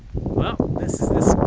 well this is